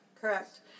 correct